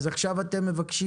עכשיו מה אתם מבקשים?